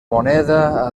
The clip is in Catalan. moneda